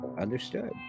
Understood